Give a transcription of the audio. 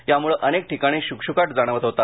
यामुळे अनेक ठिकाणी शुकशुकाट जाणवत होता